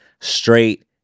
straight